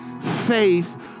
faith